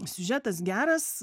siužetas geras